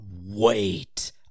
wait